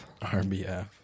RBF